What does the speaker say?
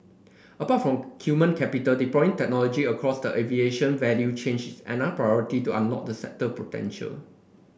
apart from human capital deploying technology across the aviation value chain is another priority to unlock the sector potential